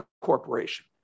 corporation